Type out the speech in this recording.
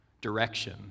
direction